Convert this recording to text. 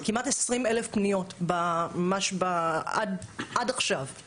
אנחנו מדברים על כמעט 20,000 פניות ממש עד עכשיו.